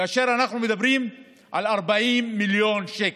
אזוריים כאשר אנחנו מדברים על 40 מיליון שקל.